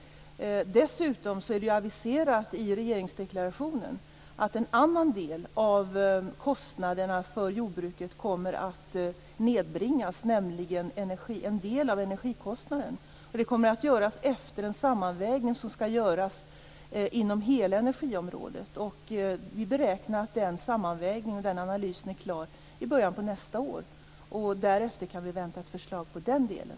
Dessutom är det aviserat i regeringsdeklarationen att en annan del av kostnaderna för jordbruket kommer att nedbringas, nämligen en del av energikostnaderna. Det kommer att ske efter en sammanvägning som skall göras inom hela energiområdet. Vi beräknar att denna sammanvägning och analys skall vara klar i början på nästa år. Därefter kan vi vänta ett förslag i den delen.